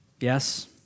Yes